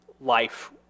life